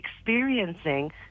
experiencing